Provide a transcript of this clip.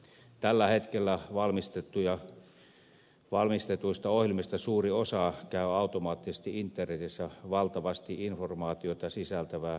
tällä hetkellä valmistetuista ohjelmista suuri osa käy automaattisesti internetissä valtavasti informaatiota sisältävää tiedonvaihtoa